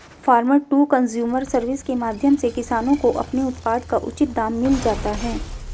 farmer to consumer service के माध्यम से किसानों को अपने उत्पाद का उचित दाम मिल जाता है